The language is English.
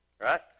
right